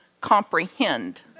comprehend